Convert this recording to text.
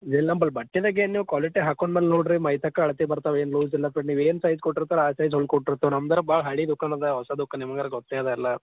ಇಲ್ಲ ಬಟ್ಟೆದಾಗ ಏನು ನೀವು ಕ್ವಾಲಿಟಿ ಹಾಕೊಂಡ ಮೇಲೆ ನೋಡಿರಿ ಮೈ ತಕ ಅಳ್ತೆ ಬರ್ತವೆ ಏನು ಲೂಸ್ ಇಲ್ಲ ಬಿಡಿ ನೀವು ಏನು ಸೈಜ್ ಕೊಟ್ಟಿರ್ತೀರೋ ಆ ಸೈಜ್ ಹೊಲ್ದು ಕೊಟ್ಟಿರ್ತರೆ ನಮ್ದೆಲ್ಲ ಭಾಳ ಹಳೇ ದುಕಾನ್ ಅದ ಹೊಸ ದುಕಾನ್ ನಿಮ್ಗಾರೆ ಗೊತ್ತೇ ಅದ ಅಲ್ಲ